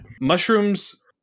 Mushrooms